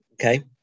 okay